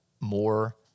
more